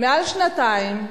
מעל שנתיים,